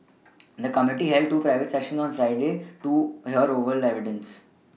the committee held two private sessions on Friday to hear oral evidence